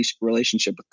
relationship